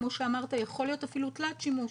כמו שאמרת, יכול להיות אפילו תלת-שימוש.